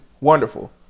wonderful